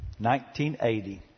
1980